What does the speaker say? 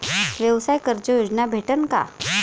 व्यवसाय कर्ज योजना भेटेन का?